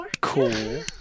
cool